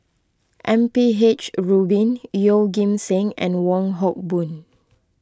M P H Rubin Yeoh Ghim Seng and Wong Hock Boon